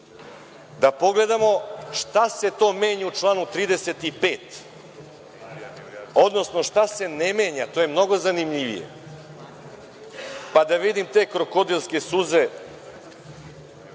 pogledamo šta se to menja u članu 35, odnosno šta se ne menja, to je mnogo zanimljivije, pa da vidim te krokodilske suze